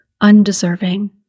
undeserving